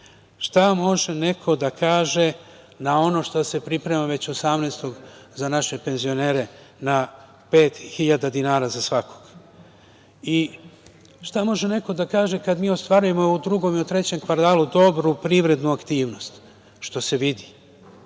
Šta može neko da kaže na ono što se priprema već 18. za naše penzionere, na 5.000 dinara za svakog? Šta može neko da kaže kada mi ostvarujemo u drugom ili trećem kvartalu dobru privrednu aktivnost, što se vidi?